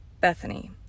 Bethany